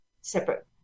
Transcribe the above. separate